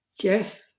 Jeff